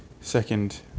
second